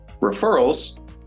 Referrals